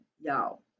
y'all